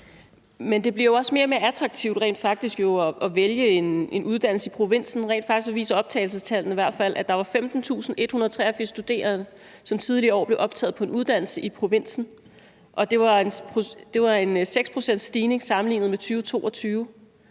Men det bliver jo også mere og mere attraktivt at vælge en uddannelse i provinsen; rent faktisk viser optagelsestallene i hvert fald, at der var 15.183 studerende, som tidligere i år blev optaget på en uddannelse i provinsen, og det var en 6 pct.s stigning sammenlignet med 2022.